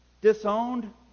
disowned